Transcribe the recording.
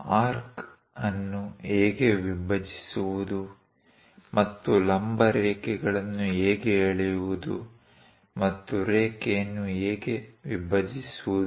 arc ಅನ್ನು ಹೇಗೆ ವಿಭಜಿಸುವುದು ಮತ್ತು ಲಂಬ ರೇಖೆಗಳನ್ನು ಹೇಗೆ ಎಳೆಯುವುದು ಮತ್ತು ರೇಖೆಯನ್ನು ಹೇಗೆ ವಿಭಜಿಸುವುದು